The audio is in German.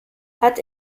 hat